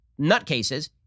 nutcases